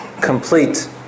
complete